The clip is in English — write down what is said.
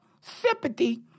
sympathy